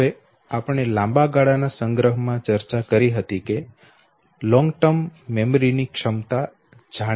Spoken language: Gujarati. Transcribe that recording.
હવે આપણે લાંબા ગાળાના સંગ્રહમાં ચર્ચા કરી હતી કે લાંબા ગાળા ની મેમરી ની ક્ષમતા જાણીતી નથી